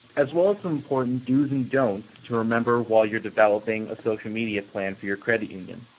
as well as some important dos and don'ts to remember while you're developing a social media plan for your credit union.